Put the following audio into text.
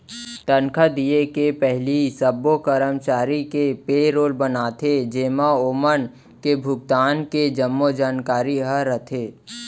तनखा दिये के पहिली सब्बो करमचारी के पेरोल बनाथे जेमा ओमन के भुगतान के जम्मो जानकारी ह रथे